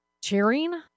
cheering